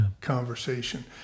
conversation